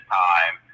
time